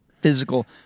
physical